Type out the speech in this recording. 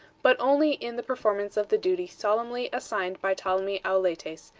but only in the performance of the duty solemnly assigned by ptolemy auletes,